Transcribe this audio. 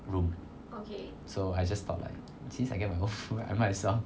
room so I just thought like since I get my own room I might as well